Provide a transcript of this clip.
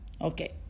Okay